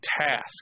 task